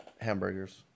hamburgers